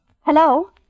Hello